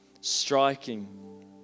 striking